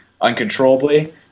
uncontrollably